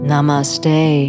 Namaste